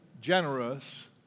generous